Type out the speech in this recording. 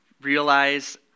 realize